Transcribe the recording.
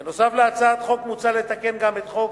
בנוסף, בהצעת החוק מוצע לתקן גם את חוק